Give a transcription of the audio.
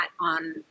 on